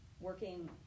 working